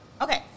Okay